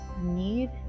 need